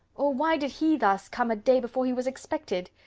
or, why did he thus come a day before he was expected?